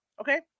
Okay